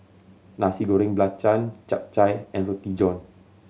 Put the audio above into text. Nasi Goreng Belacan Chap Chai and Roti John